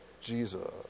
Jesus